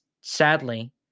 sadly